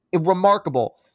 remarkable